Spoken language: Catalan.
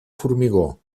formigó